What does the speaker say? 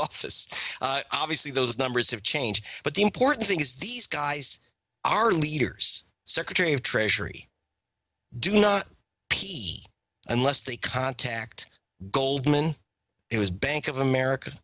office obviously those numbers have changed but the important thing is these guys are leaders secretary of treasury do not unless they contact goldman it was bank of america